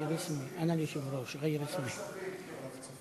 ועדת כספים.